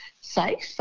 safe